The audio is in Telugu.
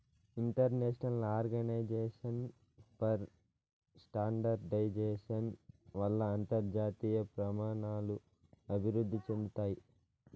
ఇంటర్నేషనల్ ఆర్గనైజేషన్ ఫర్ స్టాండర్డయిజేషన్ వల్ల అంతర్జాతీయ ప్రమాణాలు అభివృద్ధి చెందుతాయి